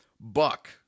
Buck